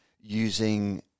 using –